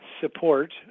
support